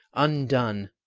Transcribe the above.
undone!